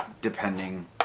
depending